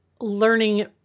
learning